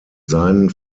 seien